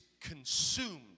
consumed